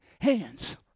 hands